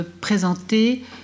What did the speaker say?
présenter